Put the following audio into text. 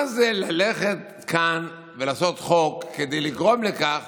מה זה ללכת כאן ולעשות חוק כדי לגרום לכך